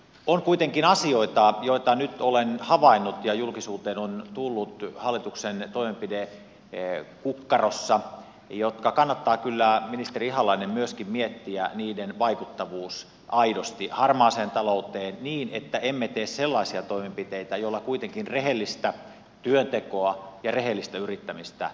on kuitenkin asioita joita nyt olen havainnut ja julkisuuteen on tullut hallituksen toimenpidekukkarossa joiden vaikuttavuus aidosti harmaaseen talouteen kannattaa kyllä ministeri ihalainen myöskin miettiä niiden vaikuttavuus aidosti harmaaseen talouteen niin että emme tee sellaisia toimenpiteitä joilla kuitenkin rehellistä työntekoa ja rehellistä yrittämistä hankaloitetaan